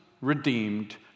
redeemed